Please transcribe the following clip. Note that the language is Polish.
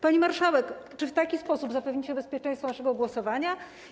Pani marszałek, czy w taki sposób zapewnicie bezpieczeństwo naszego głosowania?